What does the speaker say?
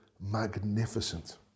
magnificent